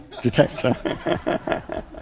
detector